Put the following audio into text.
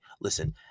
listen